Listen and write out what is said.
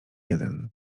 jeden